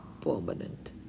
permanent